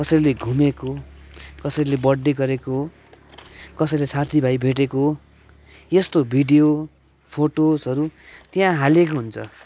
कसैले घुमेको कसैले बर्थडे गरेको कसैले साथी भाइ भेटेको यस्तो भिडियो फोटोजहरू त्यहाँ हालेको हुन्छ